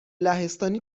لهستانی